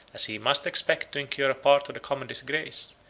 as he must expect to incur a part of the common disgrace,